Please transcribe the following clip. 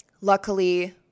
luckily